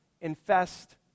infest